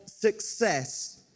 success